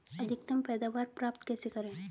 अधिकतम पैदावार प्राप्त कैसे करें?